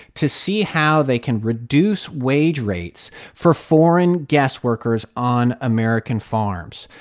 to see how they can reduce wage rates for foreign guest workers on american farms.